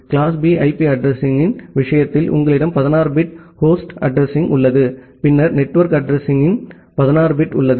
class B IP அட்ரஸிங்யின் விஷயத்தில் உங்களிடம் 16 பிட் ஹோஸ்ட் அட்ரஸிங்உள்ளது பின்னர் நெட்வொர்க் அட்ரஸிங்க்கு 16 பிட் உள்ளது